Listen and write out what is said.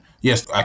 yes